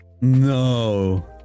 No